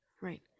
Right